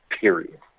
period